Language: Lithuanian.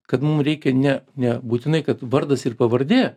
kad mum reikia ne nebūtinai kad vardas ir pavardė